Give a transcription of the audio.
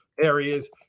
areas